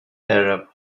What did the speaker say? arab